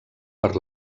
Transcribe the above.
per